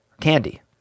candy